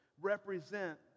represent